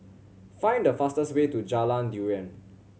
find the fastest way to Jalan Durian